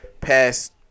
past